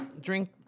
drink